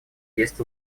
есть